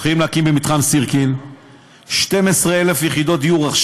הולכים להקים במתחם סירקין 12,000 יחידות דיור,